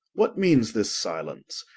what meanes this silence?